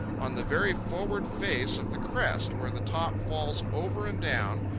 on the very forward face of the crest where the top falls over and down,